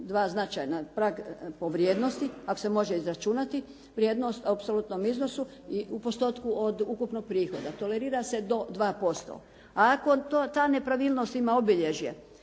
dva značajna, prag po vrijednosti ako se može izračunati vrijednost u apsolutnom iznosu i u postotku od ukupnog prihoda. Tolerira se do 2%. A ako to, ta nepravilnost ima obilježje